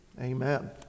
amen